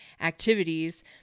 activities